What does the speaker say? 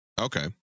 Okay